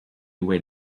wait